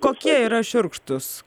kokie yra šiurkštūs